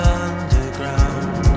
underground